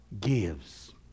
gives